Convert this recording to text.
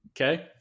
okay